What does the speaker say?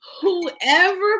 whoever